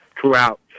throughout